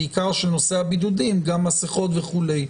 בעיקר של נושא הבידודים וגם מסכות וכו'.